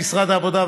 משרד העבודה,